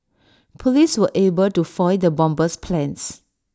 Police were able to foil the bomber's plans